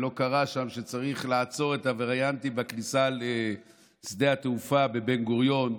ולא קרא שם שצריך לעצור את הווריאנטים בכניסה לשדה התעופה בבן-גוריון,